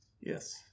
Yes